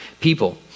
people